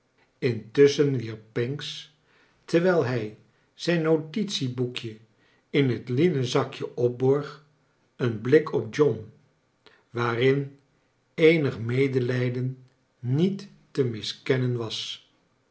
intusschen wierp panoks terwijl hij zrjn notitieboekje in het linnen zakje opborg een blik op john waarin eenig medelijden niet te miskennen was